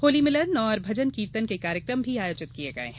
होली मिलन और भजन कीर्तन के कार्यक्रम भी आयोजित किये गये हैं